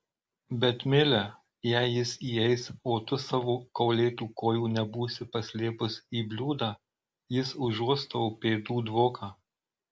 bet mile jei jis įeis o tu savo kaulėtų kojų nebūsi paslėpus į bliūdą jis užuos tavo pėdų dvoką